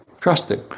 trusting